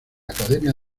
academia